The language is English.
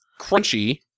Crunchy